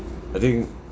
I think